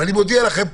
ואני מודיע לכם פה,